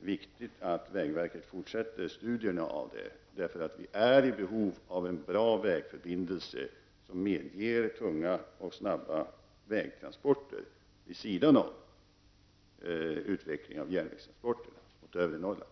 viktigt att vägverket fortsätter att studera av dessa alternativ. Vi är nämligen i behov av en bra vägförbindelse som medger tunga och snabba vägtransporter vid sidan av utvecklingen av järnvägstransporterna mot övre Norrland.